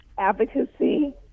Advocacy